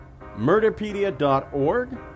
murderpedia.org